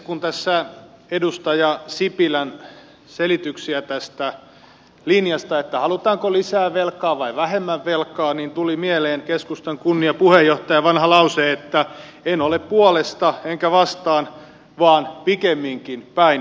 kun tässä kuuntelee edustaja sipilän selityksiä tästä linjasta halutaanko lisää velkaa vai vähemmän velkaa niin tuli mieleen keskustan kunniapuheenjohtajan vanha lause että en ole puolesta enkä vastaan vaan pikemminkin päinvastoin